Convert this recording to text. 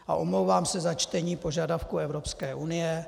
A omlouvám se za čtení požadavků Evropské unie.